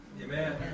Amen